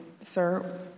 sir